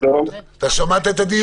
אתה שמעת את הדיון?